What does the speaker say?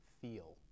Feel